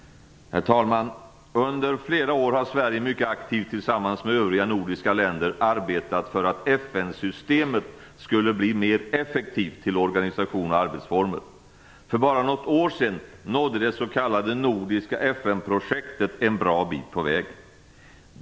Herr talman! Under flera år har Sverige mycket aktivt tillsammans med övriga nordiska länder arbetat för att FN-systemet skulle bli mer effektivt till organisation och arbetsformer. För bara något år sedan nådde det s.k. nordiska FN-projektet en bra bit på väg.